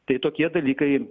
tai tokie dalykai